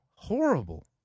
Horrible